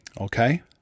Okay